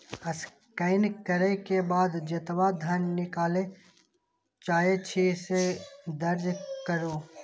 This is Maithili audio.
स्कैन करै के बाद जेतबा धन निकालय चाहै छी, से दर्ज करू